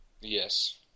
Yes